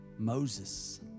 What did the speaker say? Moses